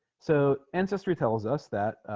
so ancestry tells us that